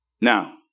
Now